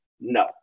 no